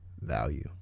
value